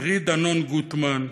אירית דנון-גוטמן,